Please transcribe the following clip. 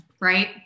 right